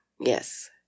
yes